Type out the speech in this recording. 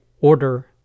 order